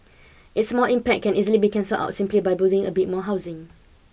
its small impact can easily be cancelled out simply by building a bit more housing